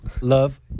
Love